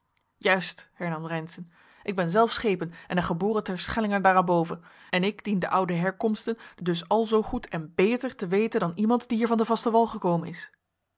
juist hernam reynszen ik ben zelf schepen en een geboren terschellinger daarenboven en ik dien de oude herkomsten dus al zoo goed en beter te weten dan iemand die hier van den vasten wal gekomen is